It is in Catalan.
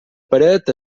paret